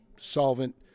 solvent